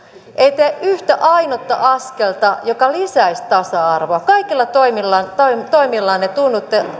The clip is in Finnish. ei tee yhtä ainutta askelta joka lisäisi tasa arvoa kaikilla toimillanne tunnutte